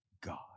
God